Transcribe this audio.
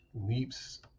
leaps